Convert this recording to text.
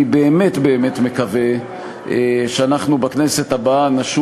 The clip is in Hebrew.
אני באמת באמת מקווה שאנחנו בכנסת הבאה נשוב